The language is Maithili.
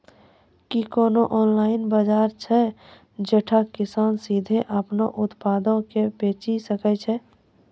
कि कोनो ऑनलाइन बजार छै जैठां किसान सीधे अपनो उत्पादो के बेची सकै छै?